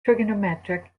trigonometric